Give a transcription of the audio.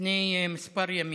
לפני כמה ימים,